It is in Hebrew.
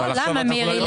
למה, מירי?